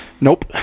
Nope